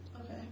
okay